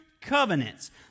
covenants